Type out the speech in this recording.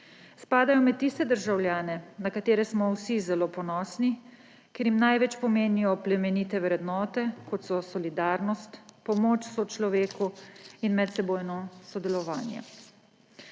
Spadajo med tiste državljane, na katere smo vsi zelo ponosni, ker jim največ pomenijo plemenite vrednote, kot so solidarnost, pomoč sočloveku in medsebojno sodelovanje.